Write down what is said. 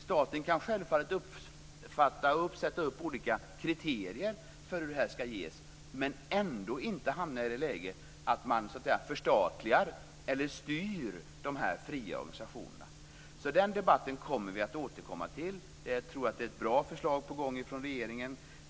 Man kan självfallet uppställa olika kriterier för hur stödet skall ges, men man får ändå inte hamna i det läge där man så att säga förstatligar eller styr dessa fria organisationer. Vi återkommer till denna debatt. Jag tror att det är ett bra förslag på gång från regeringen.